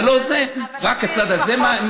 רק הצד הזה?